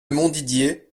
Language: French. montdidier